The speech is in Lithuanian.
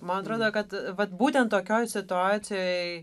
man atrodo kad vat būtent tokioj situacijoj